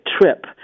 trip